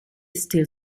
still